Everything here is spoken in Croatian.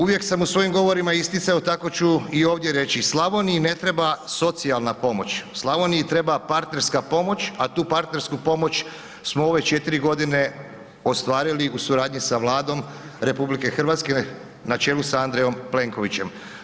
Uvijek sam u svojim govorima isticao, tako ću i ovdje reći, Slavoniji ne treba socijalna pomoć, Slavoniji treba partnerska pomoć, a tu partnersku pomoć smo u ove 4.g. ostvarili u suradnji sa Vladom RH na čelu sa Andrejom Plenkovićem.